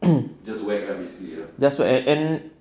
just whack and and